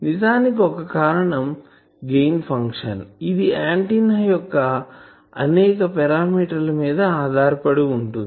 నిజానికి ఒక కారణం గెయిన్ ఫంక్షన్ ఇది ఆంటిన్నా యొక్క అనేక పారామీటర్ ల మీద ఆధారపడి ఉంటుంది